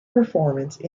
performance